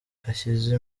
ashyize